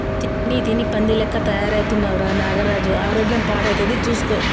తిని తిని పంది లెక్క తయారైతున్నవ్ రా నాగరాజు ఆరోగ్యం పాడైతది చూస్కో